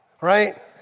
right